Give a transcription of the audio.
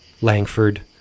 Langford